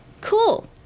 cool